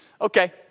okay